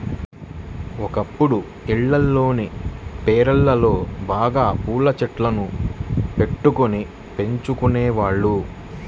ఒకప్పుడు ఇళ్లల్లోని పెరళ్ళలో బాగా పూల చెట్లను బెట్టుకొని పెంచుకునేవాళ్ళు